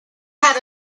had